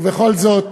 ובכל זאת,